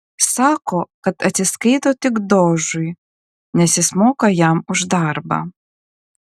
sako kad atsiskaito tik dožui nes jis moka jam už darbą